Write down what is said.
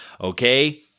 okay